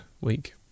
week